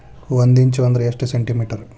ಒಂದಿಂಚು ಅಂದ್ರ ಎಷ್ಟು ಸೆಂಟಿಮೇಟರ್?